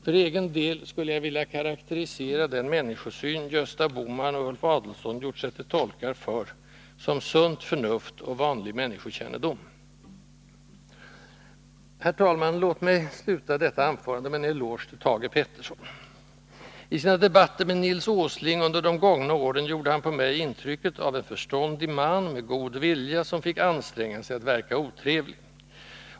För egen del skulle jag vilja karakterisera den människosyn Gösta Bohman och Ulf Adelsohn gjort sig till tolkar för som sunt förnuft och vanlig människokännedom. Herr talman! Låt mig sluta detta anförande med en eloge till Thage Peterson. I sina debatter med Nils Åsling under de gångna åren gjorde han på mig intrycket av en förståndig man, med god vilja, som fick anstränga sig att verka otrevlig.